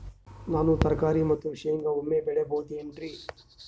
ನಾನು ತರಕಾರಿ ಮತ್ತು ಶೇಂಗಾ ಒಮ್ಮೆ ಬೆಳಿ ಬಹುದೆನರಿ?